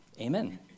Amen